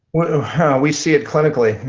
we see it clinically.